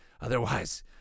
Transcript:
Otherwise